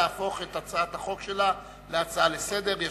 להפוך את הצעת החוק שלה להצעה לסדר-היום.